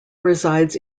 resides